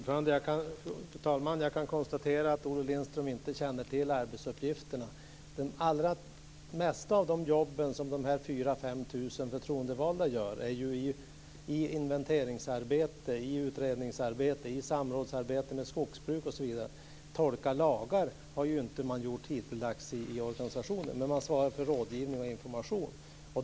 Fru talman! Jag kan konstatera att Olle Lindström inte känner till arbetsuppgifterna. Det allra mesta av det jobb som de här 4 000-5 000 förtroendevalda utför är inventeringsarbete, utredningsarbete, samrådsarbete med skogsbruk osv. Tolka lagar har man inte gjort hittills i organisationen. Men man svarar för rådgivning och information.